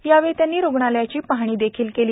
यावेळी त्यांनी रुग्णालयाची पाहणी देखील केली